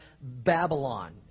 Babylon